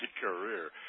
career